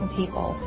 people